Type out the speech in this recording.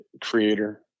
creator